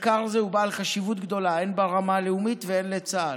מחקר זה הוא בעל חשיבות גדולה הן ברמת הלאומית והן לצה"ל.